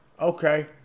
Okay